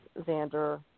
Xander